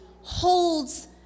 holds